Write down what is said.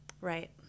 Right